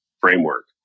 framework